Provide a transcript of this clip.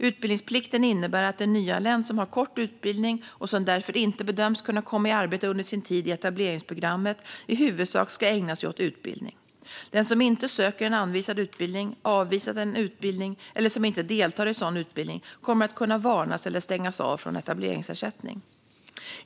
Utbildningsplikten innebär att en nyanländ som har kort utbildning och som därför inte bedöms kunna komma i arbete under sin tid i etableringsprogrammet i huvudsak ska ägna sig åt utbildning. Den som inte söker en anvisad utbildning, avvisar en utbildning eller inte deltar i sådan utbildning kommer att kunna varnas eller stängas av från etableringsersättning.